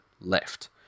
left